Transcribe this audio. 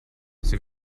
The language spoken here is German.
sie